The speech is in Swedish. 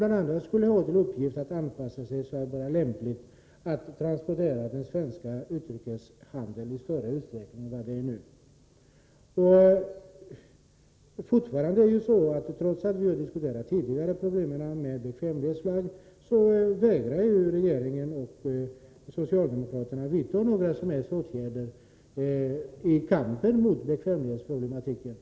Det skulle också ha till uppgift att anpassa sin verksamhet så att det blir lämpat att i större utsträckning än nu ta hand om transporter av varor i den svenska utrikeshandeln. Trots att vi tidigare har diskuterat problemen med bekvämlighetsflagg, vägrar den socialdemokratiska regeringen att vidta några som helst åtgärder i kampen mot bekvämlighetsflaggsproblematiken.